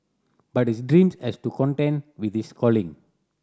but this dream has to contend with this calling